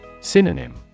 Synonym